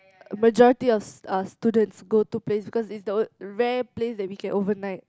majority of s~ uh students go to place because it's the rare place that we can overnight